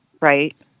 right